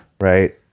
Right